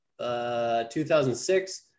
2006